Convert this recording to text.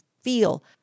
feel